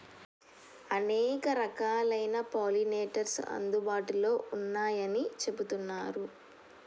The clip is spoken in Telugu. అనేక రకాలైన పాలినేటర్స్ అందుబాటులో ఉన్నయ్యని చెబుతున్నరు